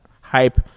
hype